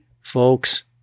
folks